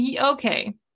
Okay